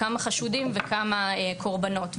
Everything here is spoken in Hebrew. כמה חשודים וכמה קורבנות,